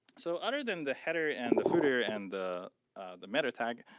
so other than the header and the footer and the the meta tag,